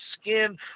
skin